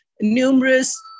numerous